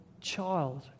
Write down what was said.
child